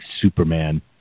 Superman